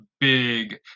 big